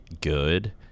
good